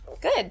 good